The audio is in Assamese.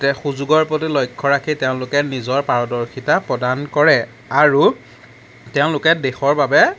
সুযোগৰ প্ৰতি লক্ষ্য ৰাখি তেওঁলোকে নিজৰ পাৰদৰ্শিতা প্ৰদান কৰে আৰু তেওঁলোকে দেশৰ বাবে